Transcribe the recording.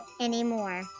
anymore